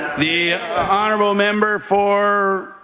the honourable member for